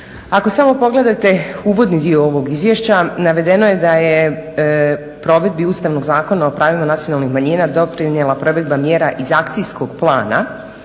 Ako samo pogledate uvodni dio ovog izvješća, navedeno je da je u provedbi Ustavnog zakona o pravima nacionalnih manjina doprinijela provedba mjera iz akcijskog plana